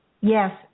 Yes